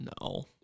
No